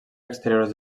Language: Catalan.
exteriors